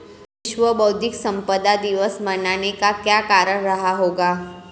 विश्व बौद्धिक संपदा दिवस मनाने का क्या कारण रहा होगा?